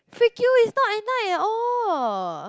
freak you is not at night at all